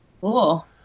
Cool